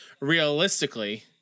realistically